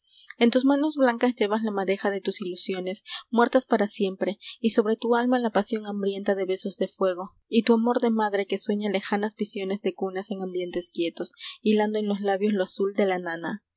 en tus manos blancas novas la madeja de tus ilusiones niuertas para siempre y sobre tu alma la pasión hambrienta de besos de fuego y tu amor de madre que sueña lejanas visiones de cunas en ambientes quietos hilando en